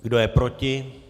Kdo je proti?